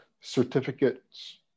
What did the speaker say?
certificates